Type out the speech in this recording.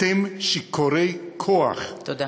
אתם שיכורי כוח, תודה.